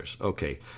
Okay